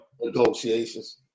negotiations